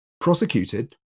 prosecuted